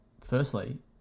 firstly